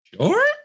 sure